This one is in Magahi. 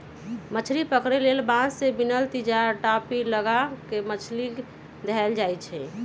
मछरी पकरे लेल बांस से बिनल तिजार, टापि, लगा क मछरी धयले जाइ छइ